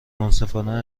منصفانه